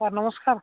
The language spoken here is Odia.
ସାର୍ ନମସ୍କାର